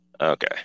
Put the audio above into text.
Okay